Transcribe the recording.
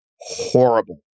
horrible